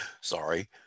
sorry